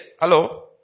Hello